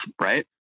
right